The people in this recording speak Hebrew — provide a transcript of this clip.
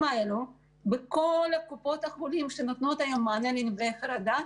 האלה בכל קופות החולים שנותנות היום מענה לנפגעי חרדה,